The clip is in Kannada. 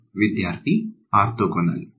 ವಿದ್ಯಾರ್ಥಿ ಆರ್ಥೋಗೋನಲ್